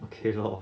okay lor